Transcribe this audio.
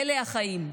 אלה החיים.